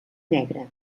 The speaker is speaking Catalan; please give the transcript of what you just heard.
negre